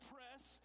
Press